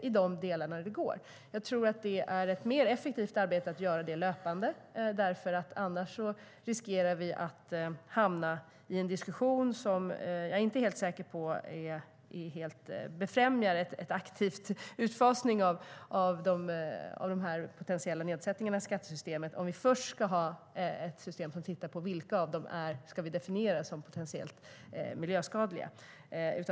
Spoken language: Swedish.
Jag tror att det är mer effektivt att göra det arbetet löpande. Annars riskerar vi att hamna i en diskussion som jag inte är helt säkert på befrämjar en aktiv utfasning av de potentiella nedsättningarna i skattesystemet, alltså om vi först ska ha ett system som tittar på vilka vi ska definiera som potentiellt miljöskadliga.